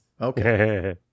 Okay